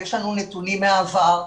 ויש לנו נתונים מהעבר.